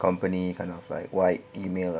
company kind of like white email ah